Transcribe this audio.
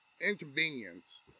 inconvenience